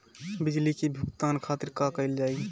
बिजली के भुगतान खातिर का कइल जाइ?